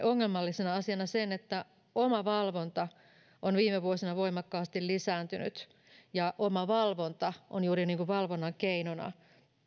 ongelmallisena asiana sen että omavalvonta on viime vuosina voimakkaasti lisääntynyt ja omavalvonta on juuri valvonnan keinona